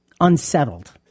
unsettled